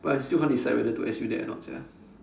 but I still can't decide whether to S_U that or not sia